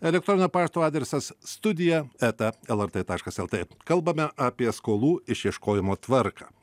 elektroninio pašto adresas studija eta lrt taškas lt kalbame apie skolų išieškojimo tvarką